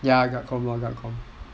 ya guard com lah